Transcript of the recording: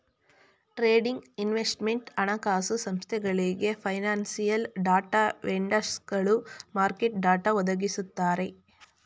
trading, investment, ಹಣಕಾಸು ಸಂಸ್ಥೆಗಳಿಗೆ, financial data ವೆಂಡರ್ಸ್ಗಳು ಮಾರ್ಕೆಟ್ ಡಾಟಾ ಒದಗಿಸುತ್ತಾರೆ